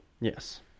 Yes